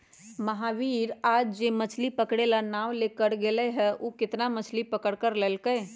महावीर आज जो मछ्ली पकड़े ला नाव लेकर गय लय हल ऊ कितना मछ्ली पकड़ कर लल कय?